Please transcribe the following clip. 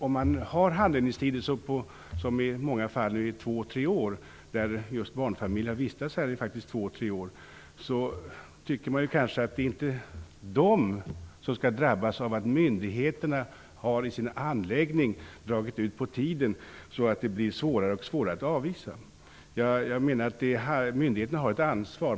Om nu handläggningstiderna är uppåt två tre år, som de i många fall är för barnfamiljerna, är det inte de asylsökande som skall drabbas av att myndigheternas handläggning dragit ut på tiden, så att det blir svårare att avvisa. Myndigheterna har ett ansvar.